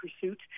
pursuit